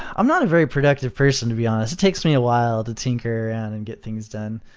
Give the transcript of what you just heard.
i'm not a very productive person, to be honest. it takes me a while to tinker around and get things done.